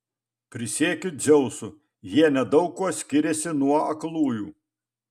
prisiekiu dzeusu jie nedaug kuo skiriasi nuo aklųjų